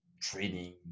training